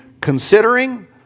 considering